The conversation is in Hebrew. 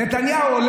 נתניהו,